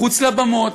מחוץ לבמות,